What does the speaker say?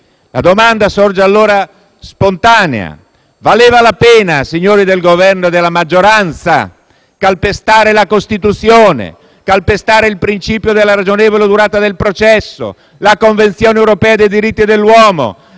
La domanda sorge quindi spontanea. Valeva la pena, signori del Governo e della maggioranza, calpestare la Costituzione, il principio della ragionevole durata del processo, la Convenzione europea dei diritti dell'uomo,